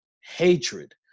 hatred